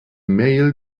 mail